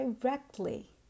directly